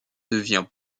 devient